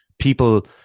people